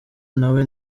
nawe